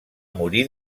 morir